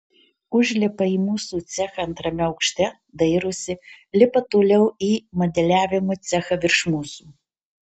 užlipa į mūsų cechą antrame aukšte dairosi lipa toliau į modeliavimo cechą virš mūsų